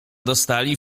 dostali